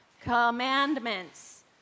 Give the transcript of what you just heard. Commandments